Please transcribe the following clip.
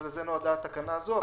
ולזה נועדה התקנה הזו,